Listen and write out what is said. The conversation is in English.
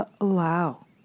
allow